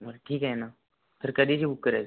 मग ठीक आहे ना तर कधीची बुक करायची